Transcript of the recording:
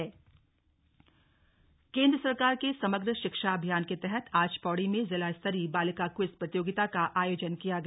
बालिका क्वीज प्रतियोगिता केंद्र सरकार के समग्र शिक्षा अभियान के तहत आज पौड़ी में जिला स्तरीय बालिका क्वीज प्रतियोगिता का आयोजन किया गया